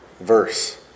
verse